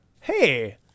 hey